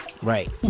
right